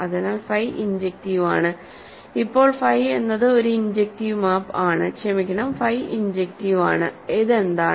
അതിനാൽ phi injective ആണ് ഇപ്പോൾ ഫൈ എന്നത് ഒരു ഇൻജെക്റ്റീവ് മാപ്പ് ആണ്ക്ഷമിക്കണം ഫൈ ഇൻജെക്റ്റീവ് ആണ് അതെന്താണ്